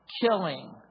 killing